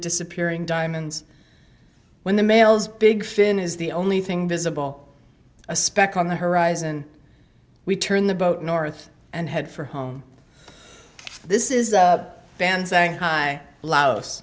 disappearing diamonds when the male's big fin is the only thing visible a speck on the horizon we turn the boat north and head for home this is a band saying hi laos